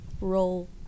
Roll